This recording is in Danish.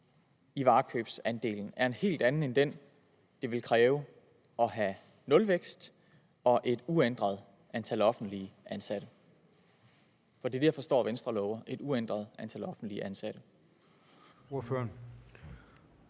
i varekøbsandelen, er en helt anden end den, det ville kræve for at have nulvækst og et uændret antal offentligt ansatte? Det er det, jeg forstår Venstre lover: et uændret antal offentligt ansatte.